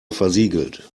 versiegelt